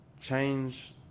change